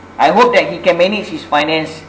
I hope that he can manage his finance